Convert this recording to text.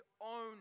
own